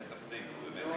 תפסיק, נו,